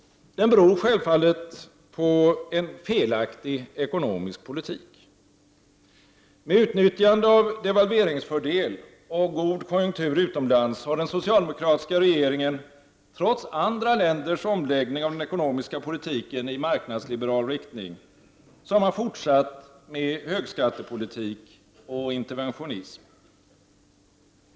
Den beror självfallet på en felaktig ekonomisk politik. Med utnyttjande av devalveringsfördel och god konjunktur utomlands har den socialdemokratiska regeringen — trots andra länders omläggning av den ekonomiska politiken i marknadsliberal riktning — fortsatt med högskattepolitik och interventionism.